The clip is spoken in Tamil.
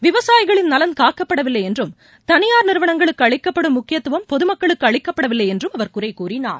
விவசாயிகளின் நலன் காக்கப்படவில்லைஎன்றும் தனியார் நிறுவனங்களுக்குஅளிக்கப்படும் முக்கியத்துவம் பொதுமக்களுக்குஅளிக்கப்படவில்லைஎன்றும் அவர் குறைகூறினார்